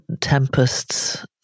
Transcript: tempests